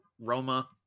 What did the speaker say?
roma